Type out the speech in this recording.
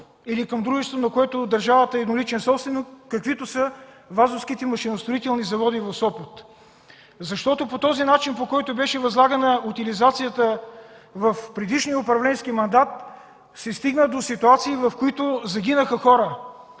или към дружество, на което държавата е едноличен собственик, каквито са Вазовските машиностроителни заводи в Сопот. Защото по този начин, по който беше възлагана утилизацията в предишния управленски мандат, се стигна до ситуации, в които загинаха хора,